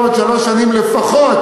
נשארו לנו עוד שלוש שנים לפחות,